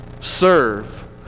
serve